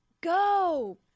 go